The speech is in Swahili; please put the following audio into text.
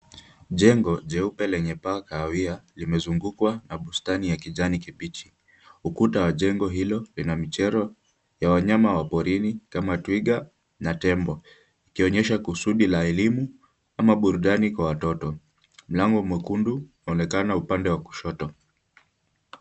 Jengo jeupe lenye paa ya kahawia limezungukwa na bustani ya kijani kibichi. Ukuta wa jengo hilo lina michoro ya wanyama wa porini kama twiga na tembo, ikionyesha kusudi la elimu ama burudani kwa watoto. Mlango mwekundu unaonekana upande wa kushoto.